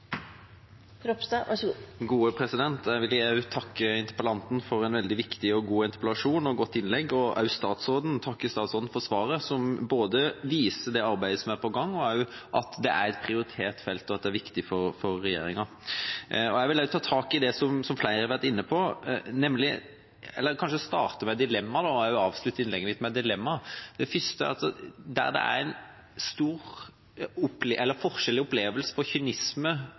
god interpellasjon og et godt innlegg, og også statsråden for svaret som både viser det arbeidet som er på gang, og at det er et prioritert felt som er viktig for regjeringa. Jeg vil også ta tak i det som flere har vært inne på, og kanskje starte og avslutte innlegget mitt med et dilemma. Det første er at det er en stor forskjell i opplevelse av kynisme